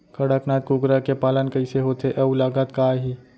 कड़कनाथ कुकरा के पालन कइसे होथे अऊ लागत का आही?